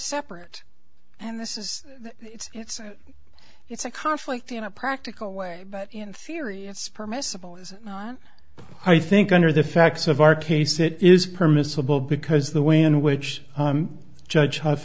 separate and this is it's it's it's a conflict in a practical way but in theory it's permissible i think under the facts of our case it is permissible because the way in which judges ha